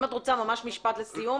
אם את רוצה ממש משפט לסיום.